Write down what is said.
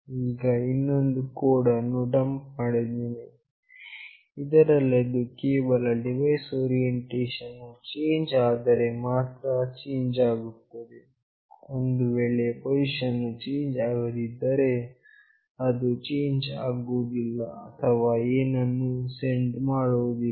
ಈಗ ಇನ್ನೊಂದು ಕೋಡ್ ಅನ್ನು ಡಂಪ್ ಮಾಡುತ್ತೇನೆ ಇದರಲ್ಲಿ ಅದು ಕೇವಲ ಡಿವೈಸ್ ನ ಓರಿಯೆಂಟೇಷನ್ ವು ಚೇಂಜ್ ಆದರೆ ಮಾತ್ರ ಚೇಂಜ್ ಆಗುತ್ತದೆ ಒಂದು ವೇಳೆ ಪೊಸಿಷನ್ ವು ಚೇಂಜ್ ಆಗದಿದ್ದರೆ ಅದು ಚೇಂಜ್ ಆಗುವುದಿಲ್ಲ ಅಥವಾ ಏನನ್ನೂ ಸೆಂಡ್ ಮಾಡುವುದಿಲ್ಲ